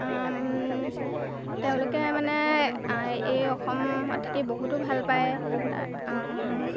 তেওঁলোকে মানে এই অসমত থাকি বহুতো ভাল পায় তাৰ